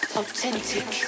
authentic